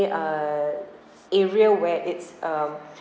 uh area where it's um